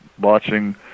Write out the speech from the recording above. watching